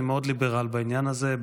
אני מאוד ליברל בעניין הזה,